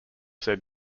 said